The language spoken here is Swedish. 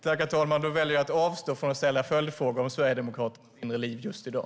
Herr talman! Då väljer jag att avstå från att ställa följdfrågor om Sverigedemokraternas inre liv just i dag.